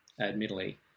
Admittedly